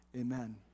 amen